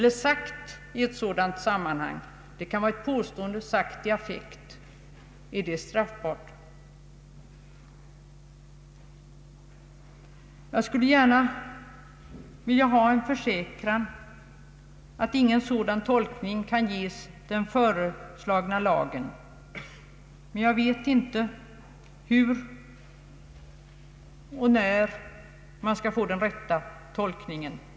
Det kan vara ett påstående sagt i affekt. är det straffbart? Jag skulle gärna vilja ha en försäkran om att ingen sådan tolkning kan ges den föreslagna lagen. Jag vet annars inte hur och när man skall få den rätta tolkningen.